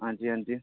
हंजी हंजी